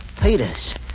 Peters